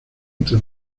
entre